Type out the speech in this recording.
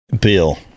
Bill